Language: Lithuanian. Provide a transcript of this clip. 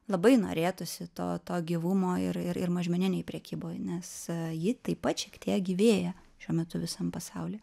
labai norėtųsi to to gyvumo ir ir ir mažmeninėj prekyboj nes ji taip pat šiek tiek gyvėja šiuo metu visam pasauly